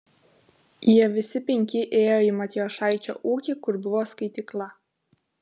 jie visi penki ėjo į matijošaičio ūkį kur buvo skaitykla